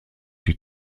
die